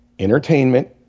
Entertainment